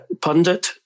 pundit